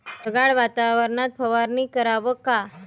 ढगाळ वातावरनात फवारनी कराव का?